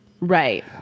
right